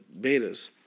betas